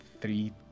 three